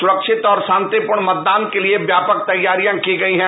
सुरक्षित और शांतिपूर्ण मतदान के लिए व्यापक तैयारियां की गयी हैं